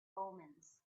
omens